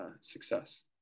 success